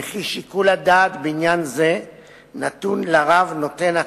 וכי שיקול הדעת בעניין זה נתון לרב נותן הכשרות.